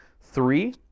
Three